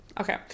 okay